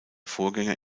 vorgänger